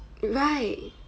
right